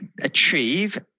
achieve